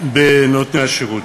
בנותני השירות.